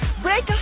Break